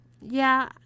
Yeah